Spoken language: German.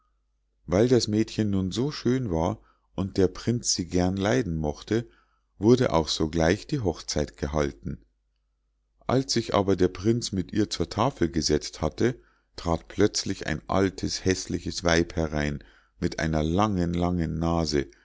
weil das mädchen nun so schön war und der prinz sie gern leiden mochte wurde auch sogleich die hochzeit gehalten als sich aber der prinz mit ihr zur tafel gesetzt hatte trat plötzlich ein altes häßliches weib herein mit einer langen langen nase